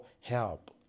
help